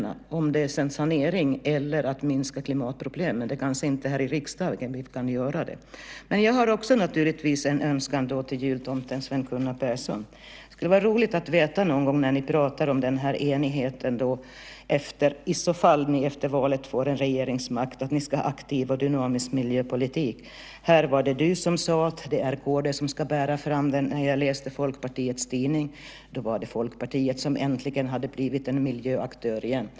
Att sanera eller minska klimatproblemen kanske inte kan göras i riksdagen. Jag har naturligtvis också en önskan till jultomten, Sven Gunnar Persson. Det skulle vara roligt att få veta, när ni nu pratar om enigheten, att ni om ni efter valet ska få regeringsmakt kommer att arbeta för en aktiv och dynamisk miljöpolitik. Här var det du som sade att det är kd som ska bära fram den. När jag läste Folkpartiets tidning var det Folkpartiet som äntligen hade blivit en miljöaktör.